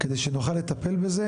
כדי שנוכל לטפל בזה.